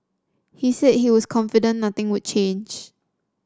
he said he was confident nothing would change